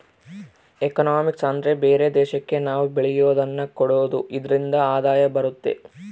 economics ಅಂದ್ರೆ ಬೇರೆ ದೇಶಕ್ಕೆ ನಾವ್ ಬೆಳೆಯೋದನ್ನ ಕೊಡೋದು ಇದ್ರಿಂದ ಆದಾಯ ಬರುತ್ತೆ